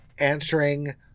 Answering